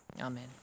Amen